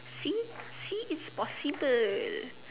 see see it's possible